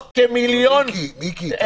מיקי, אני